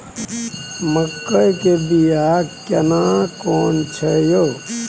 मकई के बिया केना कोन छै यो?